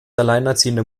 alleinerziehende